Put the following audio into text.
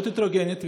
מאוד הטרוגנית,